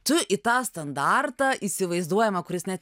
tu į tą standartą įsivaizduojamą kuris net